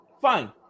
fine